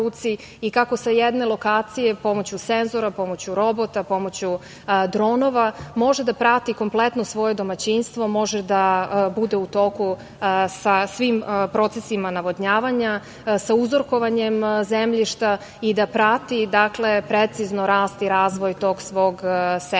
i kako sa jedne lokacije, pomoću senzora, pomoću robota, pomoću dronova, može da prati kompletno svoje domaćinstvo, može da bude u toku sa svim procesima navodnjavanja, sa uzorkovanjem zemljišta i da prati precizno rast i razvoj tog svog semena. Opet